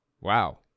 Wow